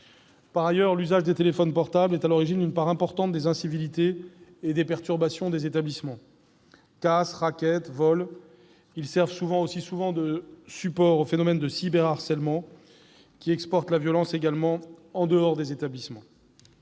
Par ailleurs, l'usage des téléphones portables est à l'origine d'une part importante des incivilités et des perturbations dans les établissements : casses, rackets, vols. Ils servent aussi souvent de supports aux phénomènes de cyberharcèlement, lesquels exportent la violence, de surcroît, en dehors des établissements.